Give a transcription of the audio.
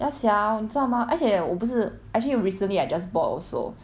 ya sia 你知道吗而且我不是 actually recently I just bought also